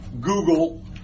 Google